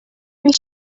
més